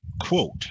quote